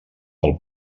del